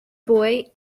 boy